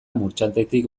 murchantetik